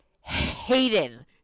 Hayden